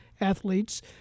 athletes